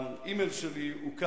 האימייל שלי הוא: